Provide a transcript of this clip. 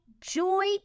joy